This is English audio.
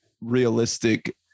realistic